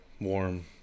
warm